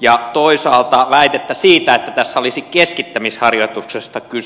ja toisaalta väitettä siitä että tässä olisi keskittämisharjoituksesta kyse